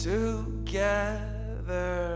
Together